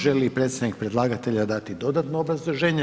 Želi li predstavnik predlagatelja dati dodatno obrazloženje?